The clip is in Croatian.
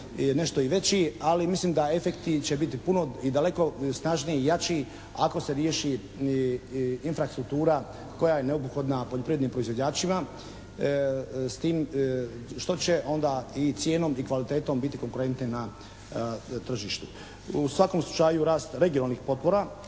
nešto i veći. Ali mislim da efekti će biti puno i daleko snažniji i jači ako se riješi infrastruktura koja je neophodna poljoprivrednim proizvođačima. S tim što će ona i cijenom i kvalitetom biti konkurentne na tržištu. U svakom slučaju rast regionalnih potpora,